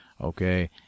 okay